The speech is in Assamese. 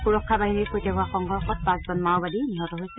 সুৰক্ষা বাহিনীৰ সৈতে হোৱা সংঘৰ্ষত পাঁচজন মাওবাদী নিহত হৈছে